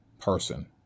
person